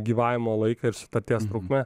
gyvavimo laiką ir sutarties trukmę